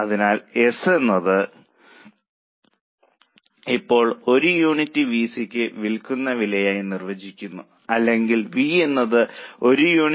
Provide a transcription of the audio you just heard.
അതിനാൽ എസ് എന്നത് ഇപ്പോൾ ഒരു യൂണിറ്റ് വി സി യ്ക്ക് വിൽക്കുന്ന വിലയായി നിർവചിച്ചിരിക്കുന്നു അല്ലെങ്കിൽ വി എന്നത് ഒരു യൂണിറ്റിന് വേരിയബിൾ കോസ്റ്റ് ആണ്